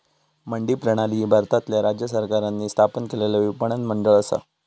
मंडी प्रणाली ही भारतातल्या राज्य सरकारांनी स्थापन केलेला विपणन मंडळ असा